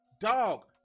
dog